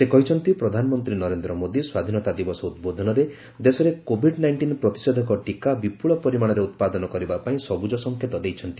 ସେ କହିଛନ୍ତି ପ୍ରଧାନମନ୍ତ୍ରୀ ନରେନ୍ଦ୍ର ମୋଦୀ ସ୍ୱାଧୀନତା ଦିବସ ଉଦ୍ବୋଧନରେ ଦେଶରେ କୋଭିଡ୍ ନାଇଣ୍ଟିନ୍ ପ୍ରତିଷେଧକ ଟିକା ବିପୁଳ ପରିମାଣରେ ଉତ୍ପାଦନ କରିବା ପାଇଁ ସବୁଜ ସଂକେତ ଦେଇଛନ୍ତି